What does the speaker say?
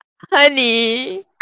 honey